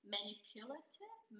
Manipulative